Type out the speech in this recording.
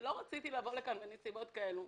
ולא רציתי לבוא לכאן בנסיבות כאלה.